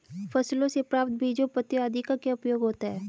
फसलों से प्राप्त बीजों पत्तियों आदि का क्या उपयोग होता है?